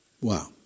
Wow